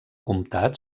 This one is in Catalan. comtat